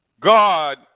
God